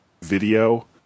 video